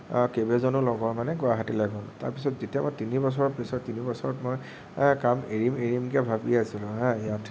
কেইবাজনো লগৰ মানে গুৱাহাটীলৈ গ'ল তাৰপিছত যেতিয়া মই তিনিবছৰৰ পিছত তিনিবছৰত মই কাম এৰিম এৰিমকে ভাবি আছিলো হা ইয়াত